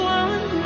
one